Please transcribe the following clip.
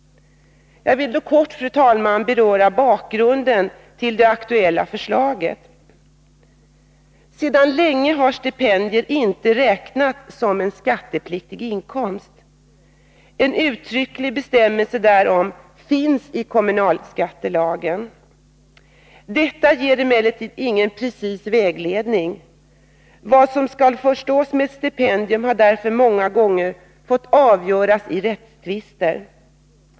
Jag vill då, fru talman, kort beröra bakgrunden till det aktuella förslaget. Sedan länge har stipendier inte räknats som en skattepliktig inkomst. En uttrycklig bestämmelse därom finns i kommunalskattelagen. Denna ger emellertid ingen precis vägledning. Vad som skall förstås med ett stipendium har därför många gånger fått avgöras i rättstvister.